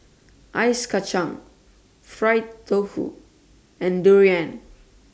Ice Kachang Fried Tofu and Durian